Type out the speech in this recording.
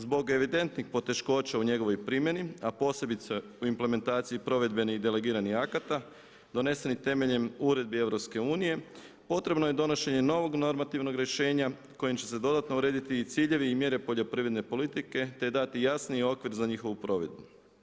Zbog evidentnih poteškoća u njegovoj primjeni a posebice u implementaciji provedbenih i delegiranih akata donesenih temeljem uredbi EU potrebno je donošenje novog normativnog rješenja kojim će se dodatno urediti i ciljevi i mjere poljoprivredne politike te dati jasniji okvir za njihovu provedbu.